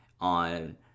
on